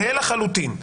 זהה לחלוטין.